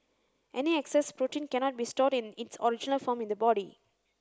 any excess protein cannot be stored in its original form in the body